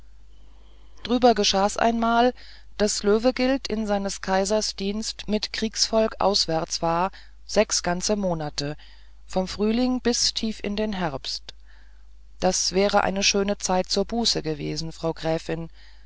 drüber geschah's einmal daß löwegilt in seines kaisers dienst mit kriegsvolk auswärts war sechs ganzer monate vom frühling bis tief in den herbst das wäre eine schöne zeit zur buße gewesen frau gräfin